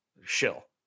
shill